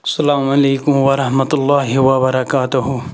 اَسَلامُ علیکُم ورحمتُہ اللہِ وَبَرکاتہوٗ